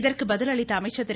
இதற்கு பதில் அளித்த அமைச்சர் திரு